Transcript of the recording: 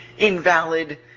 invalid